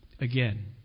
again